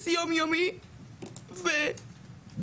כדי שלא ייפגעו עוד כמוני.